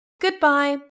Goodbye